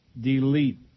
Delete